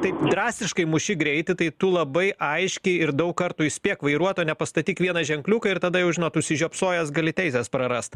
taip drastiškai muši greitį tai tu labai aiškiai ir daug kartų įspėk vairuotą nepastatyk vieną ženkliuką ir tada jau žinot užsižiopsojęs gali teises prarast